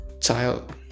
child